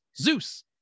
Zeus